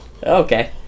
Okay